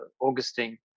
augustine